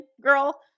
girl